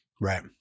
right